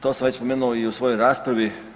To sam već spomenuo i u svojoj raspravi.